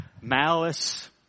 malice